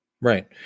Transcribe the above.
Right